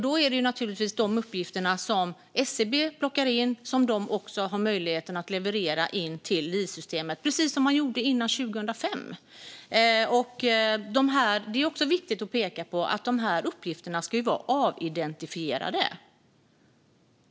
Då är det naturligtvis de uppgifter som SCB plockar in som man har möjlighet att leverera till LIS-systemet, precis som man gjorde före 2005. Det är också viktigt att peka på att uppgifterna ska vara avidentifierade.